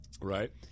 Right